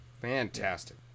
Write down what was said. Fantastic